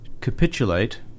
Capitulate